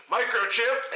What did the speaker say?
Microchip